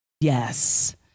Yes